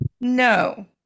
No